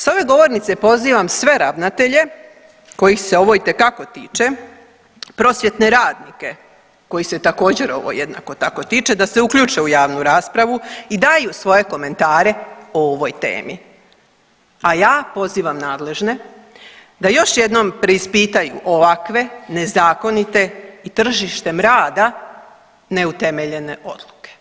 S ove govornice pozivam sve ravnatelje kojih se ovo itekako tiče i prosvjetne radnike kojih se također ovo jednako tako tiče da se uključe u javnu raspravu i daju svoje komentare o ovoj temi, a ja pozivam nadležne da još jednom preispitaju ovakve nezakonite i tržištem rada neutemeljene odluke.